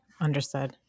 understood